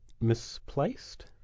misplaced